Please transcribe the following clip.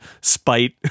spite